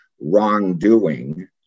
wrongdoing